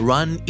Run